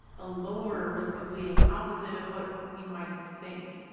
a lower risk of bleeding. opposite of what we might think.